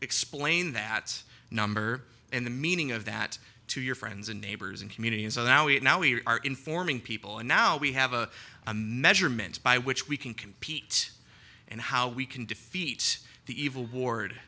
explain that number and the meaning of that to your friends and neighbors and communities are now it now we are informing people and now we have a a measurement by which we can compete and how we can defeat the evil ward